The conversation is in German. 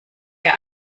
der